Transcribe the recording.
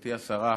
גברתי השרה,